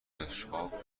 بشقاب